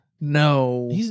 No